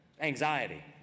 anxiety